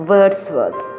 Wordsworth